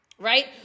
Right